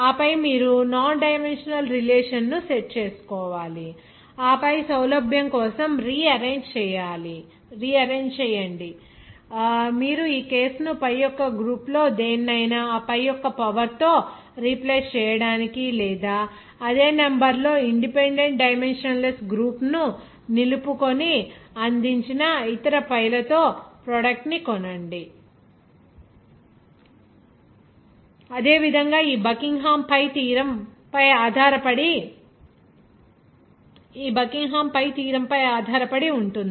ఆపై మీరు non dimensional relationship ను సెట్ చేసుకోవాలి ఆపై సౌలభ్యం కోసం రిఆరెంజ్ చేయండి మీరు ఈ కేసును pi యొక్క గ్రూప్ లో దేనినైనా ఆ pi యొక్క పవర్ తో రీప్లేస్ చేయటానికి లేదా అదే నెంబర్ లో independent dimensionless groups ను నిలుపుకొని అందించిన ఇతర pi లతో ప్రోడక్ట్ ని కొనండి ' అదే విధంగా ఈ బకింగ్హామ్ pi థీరం పై ఆధారపడి ఉంటుంది